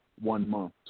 one-month